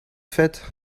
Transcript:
fett